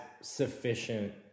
sufficient